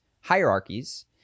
hierarchies